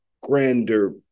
grander